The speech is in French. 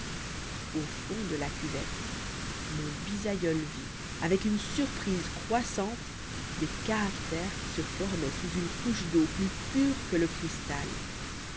au fond de la cuvette mon bisaïeul vit avec une surprise croissante des caractères qui se formaient sous une couche d'eau plus pure que le cristal